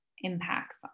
impacts